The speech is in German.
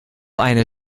eine